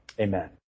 amen